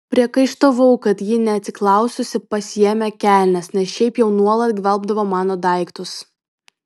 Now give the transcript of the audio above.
priekaištavau kad ji neatsiklaususi pasiėmė kelnes nes šiaip jau nuolat gvelbdavo mano daiktus